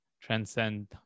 transcend